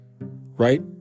right